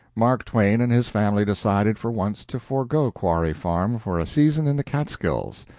mark twain and his family decided for once to forego quarry farm for a season in the catskills,